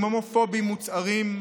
עם הומופובים מוצהרים,